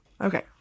okay